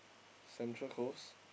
Central-Coast